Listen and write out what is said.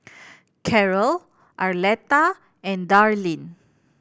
Karol Arletta and Darlene